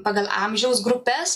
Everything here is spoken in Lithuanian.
pagal amžiaus grupes